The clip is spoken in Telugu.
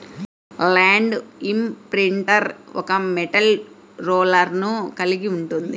ల్యాండ్ ఇంప్రింటర్ ఒక మెటల్ రోలర్ను కలిగి ఉంటుంది